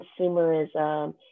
consumerism